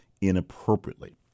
inappropriately